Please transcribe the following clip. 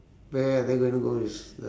where are they gonna go to s~